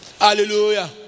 Hallelujah